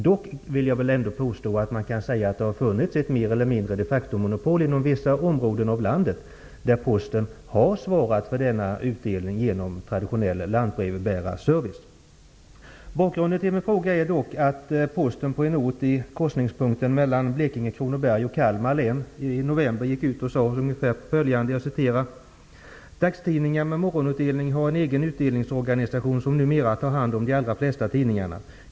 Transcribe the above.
Dock vill jag ändå påstå att det funnits ett mer eller mindre de factomonopol inom vissa områden i landet där posten genom traditionell lantbrevbärarservice har svarat för denna utdelning. Bakgrunden till min fråga är att Posten på en ort i korsningspunkten Blekinge-Kronoberg-Kalmar län i november meddelade följande: ''Dagstidningar med morgonutdelning har en egen utdelningsorganisation som numera tar hand om de allra flesta tidningarna.